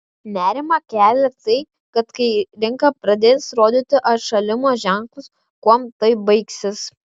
nerimą kelia tai kad kai rinka pradės rodyti atšalimo ženklus kuom tai baigsis